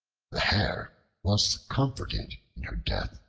the hare was comforted in her death,